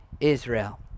Israel